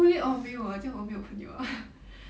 poli~ orh 没有啊这样我没有朋友